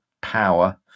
power